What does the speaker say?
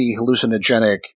hallucinogenic